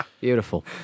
Beautiful